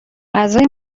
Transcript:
غذای